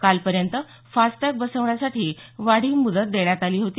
कालपर्यंत FASTag बसवण्यासाठी वाढीव मुदत देण्यात आली होती